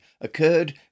occurred